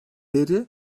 beri